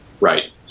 right